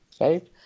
right